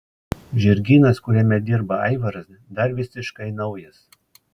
žirgynas kuriame dirba aivaras dar visiškai naujas